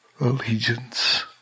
allegiance